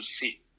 see